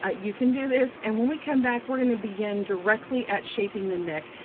ah you can do this. and when we come back, we're gonna begin directly at shaping the neck.